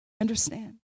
understand